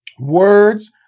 Words